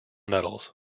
metals